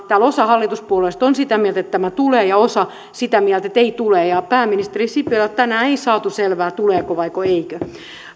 osa täällä hallituspuolueista on sitä mieltä että tämä tulee ja osa on sitä mieltä että ei tule pääministeri sipilältä ei tänään saatu selvää tuleeko vaiko eikö